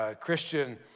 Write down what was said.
Christian